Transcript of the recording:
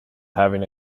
having